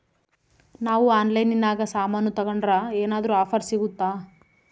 ನಾವು ಆನ್ಲೈನಿನಾಗ ಸಾಮಾನು ತಗಂಡ್ರ ಏನಾದ್ರೂ ಆಫರ್ ಸಿಗುತ್ತಾ?